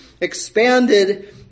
expanded